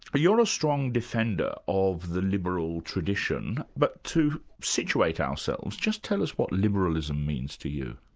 but you're a strong defender of the liberal tradition, but to situate ourselves, just tell us what liberalism means to you.